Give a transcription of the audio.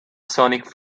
sonic